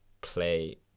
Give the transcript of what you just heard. play